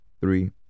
Three